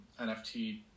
NFT